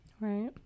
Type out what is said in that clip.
Right